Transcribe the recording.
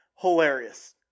Hilarious